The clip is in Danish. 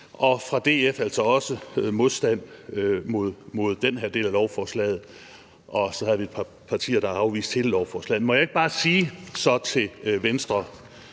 og fra DF's side altså også en modstand mod den her del af lovforslaget, og så havde vi et par partier, der afviste hele lovforslaget. Må jeg så ikke bare sige til Venstre